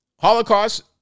holocaust